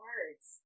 Words